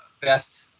best